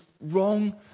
wrong